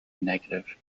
negative